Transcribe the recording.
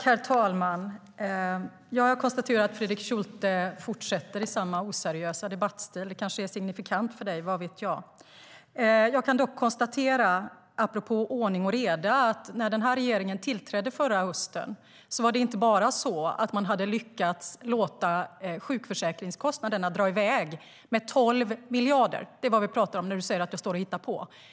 Herr talman! Jag konstaterar att Fredrik Schulte fortsätter i samma oseriösa debattstil. Det kanske är signifikant för dig, vad vet jag. Jag kan apropå ordning och reda dock konstatera att när regeringen tillträdde förra hösten var det inte bara så att man hade lyckats låta sjukförsäkringskostnaderna dra iväg med 12 miljarder. Det är vad vi talar om när du säger att jag står och hittar på.